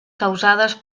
causades